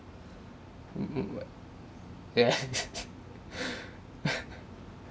mm mm what yeah